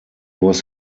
was